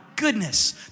Goodness